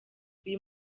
uyu